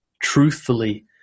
truthfully